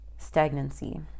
Stagnancy